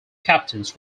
captains